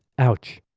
ouch.